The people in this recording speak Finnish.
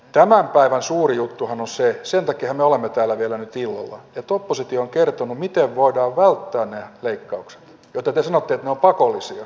tämän päivän suuri juttuhan on se sen takiahan me olemme täällä vielä nyt illalla että oppositio on kertonut miten voidaan välttää ne leikkaukset joista te sanotte että ne ovat pakollisia